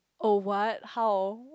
oh what how